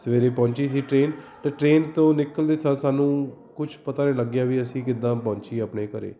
ਸਵੇਰੇ ਪਹੁੰਚੀ ਸੀ ਟ੍ਰੇਨ ਅਤੇ ਟ੍ਰੇਨ ਤੋਂ ਨਿਕਲਦੇ ਸਾਰ ਸਾਨੂੰ ਕੁਛ ਪਤਾ ਨਹੀਂ ਲੱਗਿਆ ਵੀ ਅਸੀਂ ਕਿੱਦਾਂ ਪਹੁੰਚੀਏ ਆਪਣੇ ਘਰ